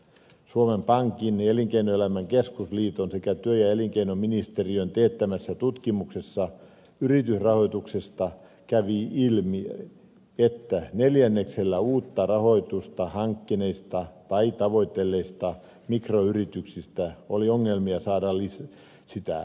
suomen pankin ja elinkeinoelämän keskusliiton sekä työ ja elinkeinoministeriön teettämässä tutkimuksessa yritysrahoituksesta kävi ilmi että neljänneksellä uutta rahoitusta hankkineista tai tavoitelleista mikroyrityksistä oli ongelmia saada sitä